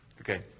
okay